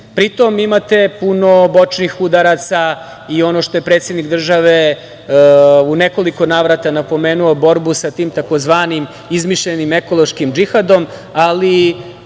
Pri tome, imate puno bočnih udaraca i ono što je predsednik države u nekoliko navrata napomenuo, borbu sa tim tzv. izmišljenim ekološkim džihadom. Ali,